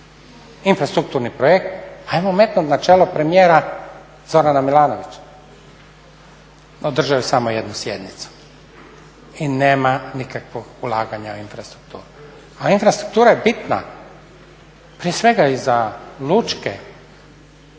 infrastrukturni projekt, ajmo metnuti na čelo premijera Zorana Milanovića. Održao je samo jednu sjednicu i nema nikakvog ulaganja u infrastrukturu. a infrastruktura je bitna, prije svega i za lučke